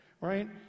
Right